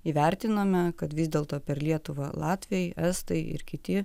įvertinome kad vis dėlto per lietuvą latviai estai ir kiti